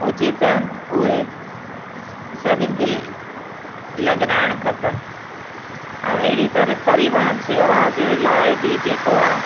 उचित आहिनि उहे सभिनी खे लॻाइण खपेनि ऐं अहिड़ी तरह परिवहन सेवा जे लाइ बि जेको आहे